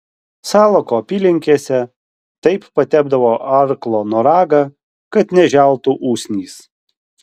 salako apylinkėse taip patepdavo arklo noragą kad neželtų usnys